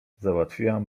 załatwiłam